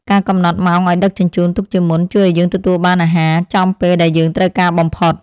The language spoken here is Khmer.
ការកំណត់ម៉ោងឱ្យដឹកជញ្ជូនទុកជាមុនជួយឱ្យយើងទទួលបានអាហារចំពេលដែលយើងត្រូវការបំផុត។